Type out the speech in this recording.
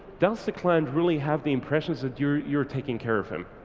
does the client really have the impressions that you're you're taking care of them?